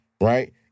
Right